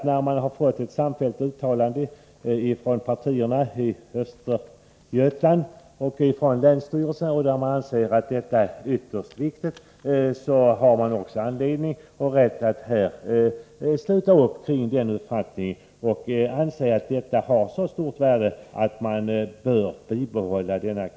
När det har kommit ett samfällt uttalande från partierna i Östergötlands län och från länsstyrelsen om att man anser denna fråga vara ytterst viktig, finns det anledning att här sluta upp kring den uppfattningen och uttala att kustposteringen i Arkösund har så stort värde att den bör bibehållas.